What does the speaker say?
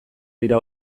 dira